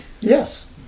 Yes